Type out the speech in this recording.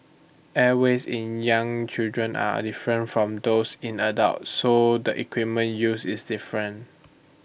airways in young children are different from those in adults so the equipment use is different